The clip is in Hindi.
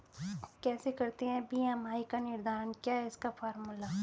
कैसे करते हैं बी.एम.आई का निर्धारण क्या है इसका फॉर्मूला?